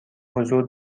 حضور